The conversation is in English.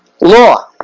law